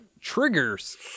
triggers